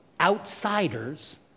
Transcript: Outsiders